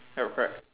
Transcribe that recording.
correct correct